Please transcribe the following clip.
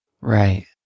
Right